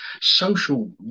social